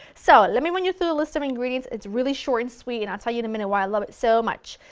so let me run you through the list of ingredients, it's really short and sweet and i'll tell you in a minute why i love it so much.